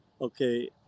Okay